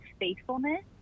faithfulness